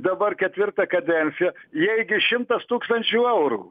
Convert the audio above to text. dabar ketvirtą kadenciją jai gi šimtas tūkstančių eurų